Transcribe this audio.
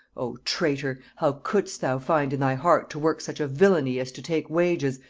o traitor! how couldst thou find in thy heart to work such a villainy as to take wages,